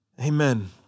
Amen